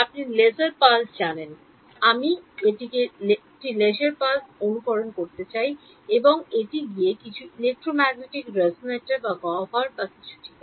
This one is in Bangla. আপনি লেজার পালস জানেন আমি একটি লেজার পালস অনুকরণ করতে চাই এবং এটি ইলেক্ট্রোম্যাগনেটিক রেজোনেটর বা গহ্বর বা কিছু ঠিক আছে